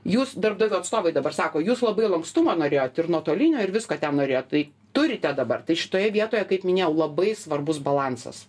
jūs darbdavių atstovai dabar sako jūs labai lankstumo norėjot ir nuotolinio ir visko ten norėjot tai turite dabar tai šitoje vietoje kaip minėjau labai svarbus balansas